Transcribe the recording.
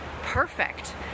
perfect